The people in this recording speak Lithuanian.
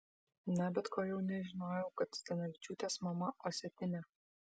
na bet ko jau nežinojau kad zdanavičiūtės mama osetinė